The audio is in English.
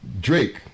Drake